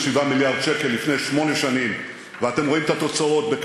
(חבר הכנסת יחיאל חיליק בר יוצא מאולם המליאה.) יש חוצפה מיוחדת,